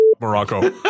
Morocco